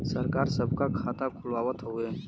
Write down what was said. सरकार सबका खाता खुलवावत हउवे